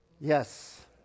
Yes